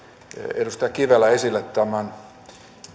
edustaja kivelä otti tässä esille tämän